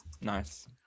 Nice